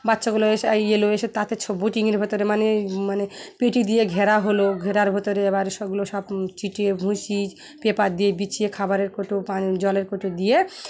বাচ্চাগুলো এসে এলো এসে তাতে ছ বোটিংয়ের ভেতরে মানে মানে পেটি দিয়ে ঘেরা হলো ঘেরার ভেতরে এবার সবগুলো সব ছিটিয়ে ভুষি পেপার দিয়ে বিছিয়ে খাবারের কৌটো পানি জলের কৌটো দিয়ে